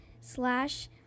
slash